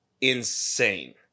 insane